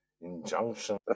injunction